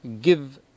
give